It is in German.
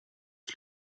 das